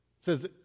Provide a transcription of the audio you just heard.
says